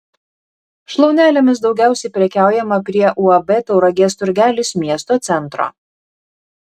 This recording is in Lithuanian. šlaunelėmis daugiausiai prekiaujama prie uab tauragės turgelis miesto centro